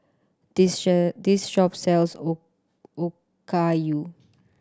this this shop sells Okayu